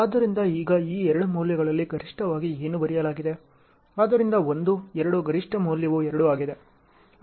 ಆದ್ದರಿಂದ ಈಗ ಈ ಎರಡು ಮೌಲ್ಯಗಳಲ್ಲಿ ಗರಿಷ್ಠವಾಗಿ ಏನು ಬರೆಯಲಾಗಿದೆ ಆದ್ದರಿಂದ 1 2 ಗರಿಷ್ಠ ಮೌಲ್ಯವು 2 ಆಗಿದೆ